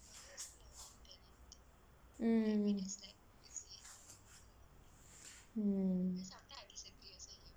mm mm